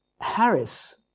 Harris